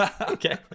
okay